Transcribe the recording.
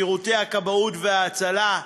בשירותי הכבאות וההצלה,